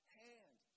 hand